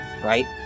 Right